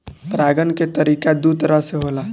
परागण के तरिका दू तरह से होला